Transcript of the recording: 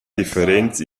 differents